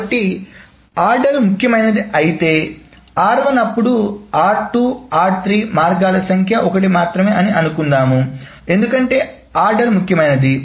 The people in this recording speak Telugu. కాబట్టి ఆర్డర్ ముఖ్యమైనది అయితే r1 అప్పుడు r2 r3 మార్గాల సంఖ్య 1 మాత్రమే అని అనుకుందాం ఎందుకంటే ఆర్డర్ ముఖ్యమైనది